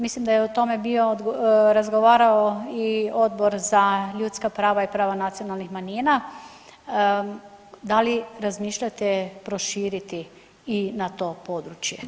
Mislim da je o tome bio razgovarao i Odbor za ljudska prava i prava nacionalnih manjina, da li razmišljate proširiti i na to područje?